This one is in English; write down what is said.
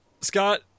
Scott